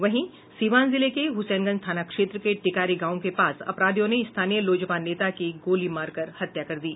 वहीं सीवान जिले के हुसैनगंज थाना क्षेत्र के टिकारी गांव के पास अपराधियों ने स्थानीय लोजपा नेता की गोली मारकर हत्या कर दी